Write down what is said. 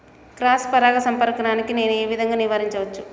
Cross పరాగ సంపర్కాన్ని నేను ఏ విధంగా నివారించచ్చు?